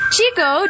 Chico